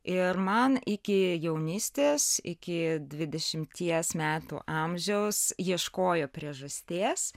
ir man iki jaunystės iki dvidešimties metų amžiaus ieškojo priežasties